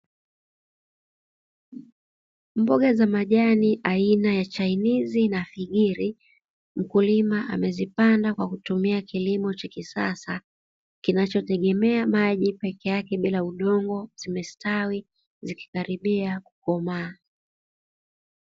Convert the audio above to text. Mboga za majani aina ya chainizi na figiri, mkulima amezipanda kwa ktumia kilimo cha kisasa kinachotegemea maji pekeake bila udongo, zimestawi zikikaribia kukomaa.